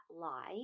lie